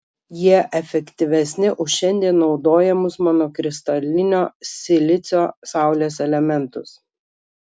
jie efektyvesni už šiandien naudojamus monokristalinio silicio saulės elementus